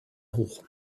hoch